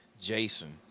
Jason